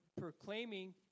proclaiming